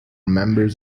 members